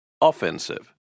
offensive